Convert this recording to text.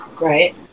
Right